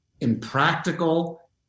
impractical